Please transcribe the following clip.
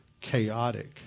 chaotic